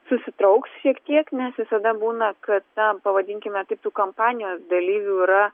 susitrauks šiek tiek nes visada būna kad na pavadinkime taip kampanijos dalyvių yra